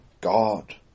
God